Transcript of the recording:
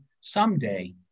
someday